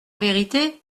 vérité